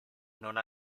non